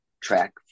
track